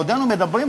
בעודנו מדברים,